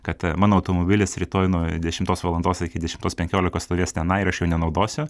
kad mano automobilis rytoj nuo dešimtos valandos iki dešimtos penkiolika stovės tenai ir aš jo nenaudosiu